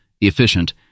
efficient